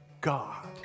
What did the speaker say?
God